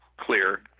clear